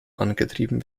angetrieben